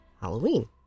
Halloween